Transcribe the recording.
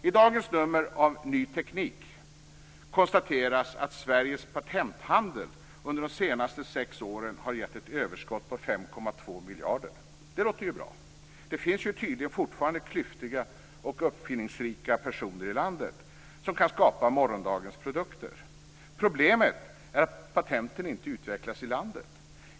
I dagens nummer av Ny Teknik konstateras att Sveriges patenthandel under de senaste sex åren har gett ett överskott på 5,2 miljarder. Det låter ju bra. Det finns ju tydligen fortfarande klyftiga och uppfinningsrika personer i landet som kan skapa morgondagens produkter. Problemet är att patenten inte utvecklas i landet.